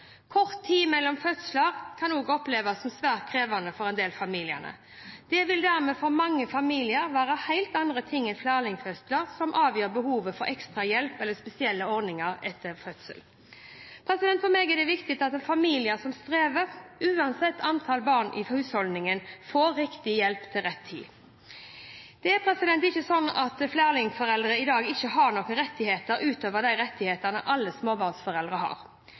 Kort tid mellom fødsler kan også oppleves som svært krevende for en del familier. Det vil dermed for mange familier være helt andre ting enn flerlingfødsler som avgjør behovet for ekstra hjelp eller spesielle ordninger etter fødsel. For meg er det viktig at familier som strever, uansett antall barn i husholdningen, får riktig hjelp til rett tid. Det er ikke slik at flerlingforeldre i dag ikke har noen rettigheter utover de rettighetene alle småbarnsforeldre har.